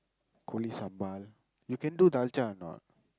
கோழி:koozhi sambal you can do dalcha or not